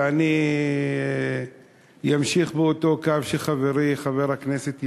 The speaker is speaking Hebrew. ואני אמשיך באותו קו של חברי חבר הכנסת ילין: